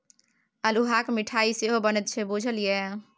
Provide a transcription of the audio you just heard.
अल्हुआक मिठाई सेहो बनैत छै बुझल ये?